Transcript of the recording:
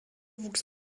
wuchs